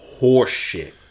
horseshit